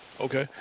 Okay